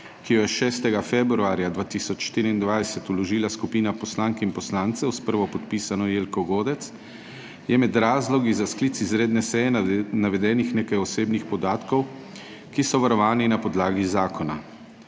ki jo je 6. februarja 2024 vložila skupina poslank in poslancev s prvopodpisano Jelko Godec, je med razlogi za sklic izredne seje navedenih nekaj osebnih podatkov, ki so varovani na podlagi zakona